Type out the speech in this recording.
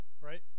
right